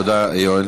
תודה, יואל.